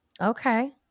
Okay